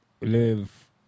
live